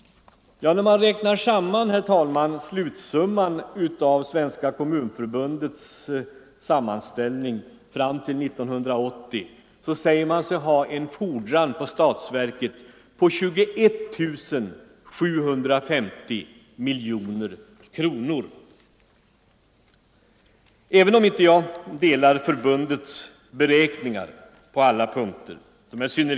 När man, herr talman, räknar fram slutsumman i Svenska kommunförbundets sammanställning till 1980 får man en fordran på staten på 3 360 miljoner! Jag kan inte hålla med förbundet på alla punkter i beräkningen.